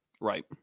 Right